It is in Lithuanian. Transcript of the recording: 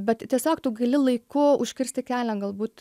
bet tiesiog tu gali laiku užkirsti kelią galbūt